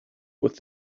with